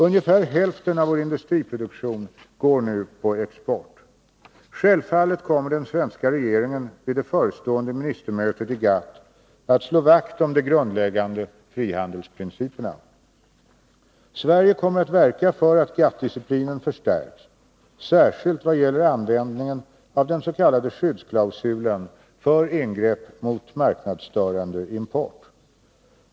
Ungefär hälften av vår industriproduktion går nu på export. Självfallet kommer den svenska regeringen vid det förestående ministermötet i GATT att slå vakt om de grundläggande frihandelsprinciperna. Sverige kommer att verka för att GATT-disciplinen förstärks, särskilt vad gäller användningen av den s.k. skyddsklausulen för ingrepp mot marknadsstörande import.